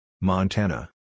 Montana